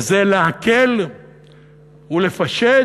וזה להקל ולפשט